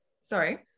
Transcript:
Sorry